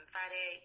Friday